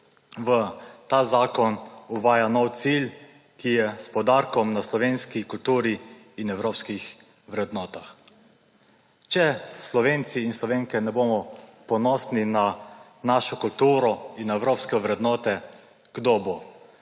ta zakon uvaja nov cilj, ki je s poudarkom na slovenski kulturi in evropskih vrednotah. Če Slovenci in Slovenke ne bomo ponosni na našo kulturo in na evropske vrednote, kdo bo?